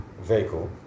vehicle